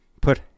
Put